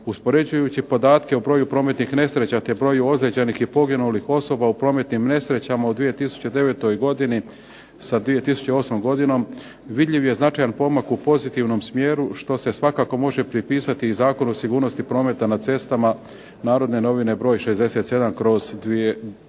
Uspoređujući podatke o broju prometnih nesreća, te broju ozlijeđenih i broju poginulih osoba u prometnim nesrećama u 2009. godini sa 2008. godinom vidljiv je značajan pomak u pozitivnom smjeru što se svakako može prepisati i Zakonu o sigurnosti prometa na cestama Narodne novine broj 67/2008.